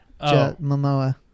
Momoa